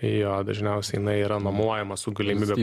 jo dažniausiai jinai yra nuomojama su galimybe